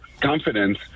confidence